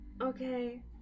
Okay